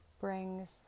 brings